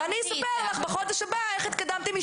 יש רשויות שגם בחורף יש בהם עמדות מציל,